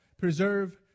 preserve